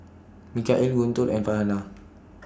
Mikhail Guntur and Farhanah